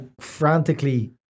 frantically